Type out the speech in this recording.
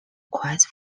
quite